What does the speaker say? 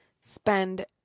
spend